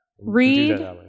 Read